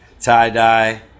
tie-dye